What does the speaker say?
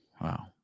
Wow